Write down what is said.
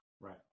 Right